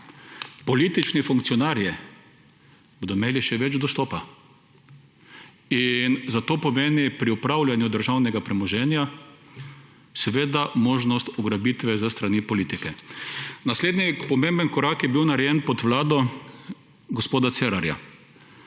Politični funkcionarji bodo imeli še več dostopa. Zato to pomeni pri upravljanju državnega premoženja možnost ugrabitve s strani politike. Naslednji pomemben korak je bil narejen pod vlado gospoda Cerarja.